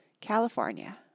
California